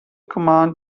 command